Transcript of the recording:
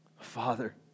Father